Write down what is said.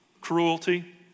cruelty